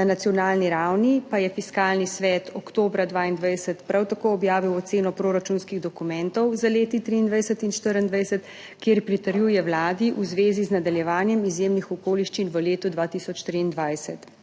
Na nacionalni ravni pa je Fiskalni svet oktobra 2022 prav tako objavil oceno proračunskih dokumentov za leti 2023 in 2024, kjer pritrjuje Vladi v zvezi z nadaljevanjem izjemnih okoliščin v letu 2023.